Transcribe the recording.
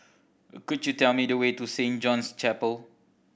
could you tell me the way to Saint John's Chapel